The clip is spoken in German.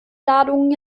ladungen